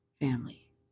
family